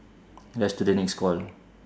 rush to the next call